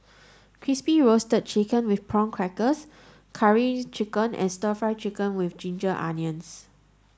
crispy roasted chicken with prawn crackers curry chicken and stir fry chicken with ginger onions